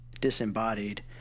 Disembodied